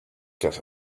get